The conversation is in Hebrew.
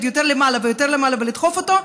יותר למעלה ויותר למעלה ולדחוף אותו,